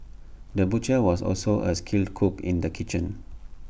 the butcher was also A skilled cook in the kitchen